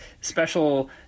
special